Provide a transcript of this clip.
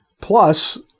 plus